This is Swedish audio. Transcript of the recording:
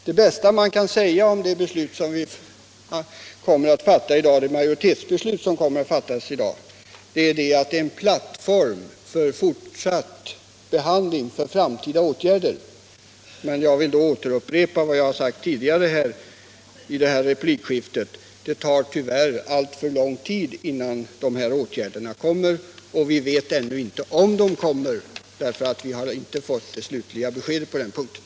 Det bästa som kan sägas om det majoritetsbeslut som kommer att fattas i dag är att det är en plattform för framtida åtgärder. Men jag vill då upprepa vad jag sagt tidigare i dag: Det tar tyvärr alltför lång tid innan dessa åtgärder kan vidtas, och vi vet ännu inte om de över huvud taget kommer att vidtas; vi har ännu inte fått det slutliga beskedet på den punkten.